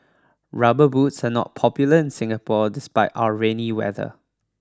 rubber boots are not popular in Singapore despite our rainy weather